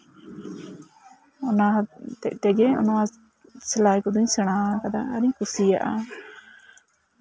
ᱚᱱᱟ ᱦᱚᱛᱮᱜ ᱛᱮᱜᱮ ᱱᱚᱣᱟ ᱥᱮᱞᱟᱭ ᱠᱚᱫᱚᱧ ᱥᱮᱲᱟ ᱟᱠᱟᱫᱟ ᱟᱨᱤᱧ ᱠᱩᱥᱤᱭᱟᱜᱼᱟ